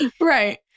right